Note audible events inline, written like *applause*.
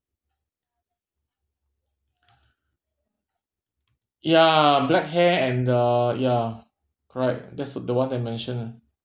*breath* ya black hair and uh ya correct that's the one that I mentioned